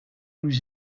nous